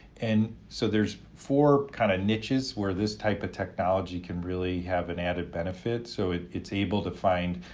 and so, there's four kind of niches where this type of technology can really have an added benefit. so it's it's able to find,